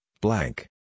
blank